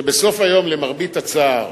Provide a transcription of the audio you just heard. שבסוף היום, למרבה הצער,